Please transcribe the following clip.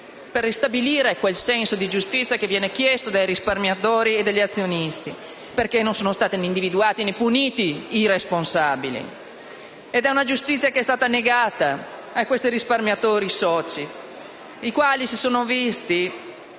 per ristabilire quel senso di giustizia che viene chiesto dai risparmiatori e dagli azionisti, non essendo stati né individuati né puniti i responsabili. E la giustizia è stata negata ai risparmiatori soci, i quali si sono visti